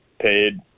paid